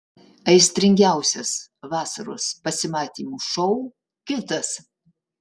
aistringiausias vasaros pasimatymų šou kitas